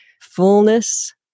fullness